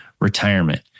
retirement